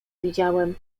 widziałem